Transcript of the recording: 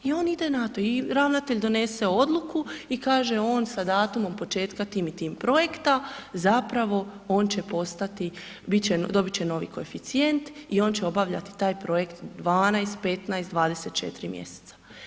I on ide na to i ravnatelj donese odluku i kaže on sa datum početka tim i tim projekta zapravo on će postati, dobit će novi koeficijent i on će obavljati taj projekt 12, 15, 24 mjeseca.